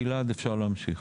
גלעד, אפשר להמשיך.